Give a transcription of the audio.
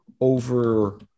over